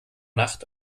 nacht